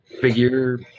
figure